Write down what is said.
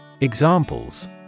Examples